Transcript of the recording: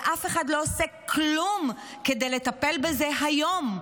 ואף אחד לא עושה כלום כדי לטפל בזה היום.